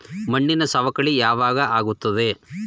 ಮಣ್ಣಿನ ಸವಕಳಿ ಯಾವಾಗ ಆಗುತ್ತದೆ?